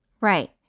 Right